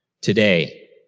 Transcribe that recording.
Today